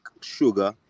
sugar